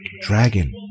dragon